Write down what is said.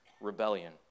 rebellion